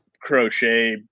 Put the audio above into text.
crochet